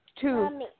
two